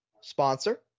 sponsor